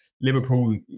Liverpool